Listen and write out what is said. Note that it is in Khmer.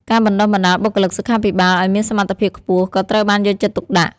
ការបណ្តុះបណ្តាលបុគ្គលិកសុខាភិបាលឱ្យមានសមត្ថភាពខ្ពស់ក៏ត្រូវបានយកចិត្តទុកដាក់។